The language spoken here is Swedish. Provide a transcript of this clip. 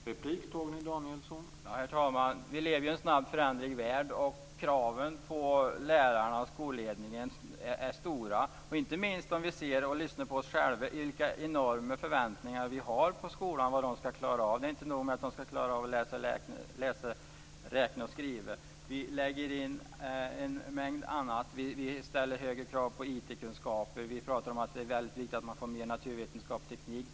Herr talman! Vi lever i en snabbt föränderlig värld, och kraven på lärarna och skolledningen är stora. Det ser vi inte minst om vi lyssnar på oss själva och de enorma förväntningar vi har på vad skolan skall klara av. Det är inte nog med att skolan skall klara av att lära ut att räkna och skriva. Vi lägger in en mängd annat. Vi ställer höga krav på IT kunskaper. Vi pratar om att det är viktigt att man får mer naturvetenskap och teknik.